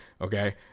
okay